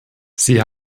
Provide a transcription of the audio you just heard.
sie